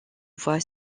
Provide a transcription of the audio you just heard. voie